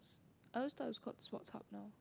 I always thought it's called Sports Hub now